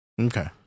Okay